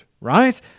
right